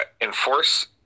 enforce